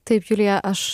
taip julija aš